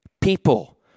people